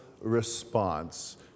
response